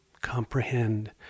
comprehend